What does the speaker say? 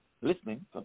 listening